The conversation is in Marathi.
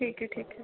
ठीक आहे ठीक आहे